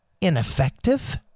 ineffective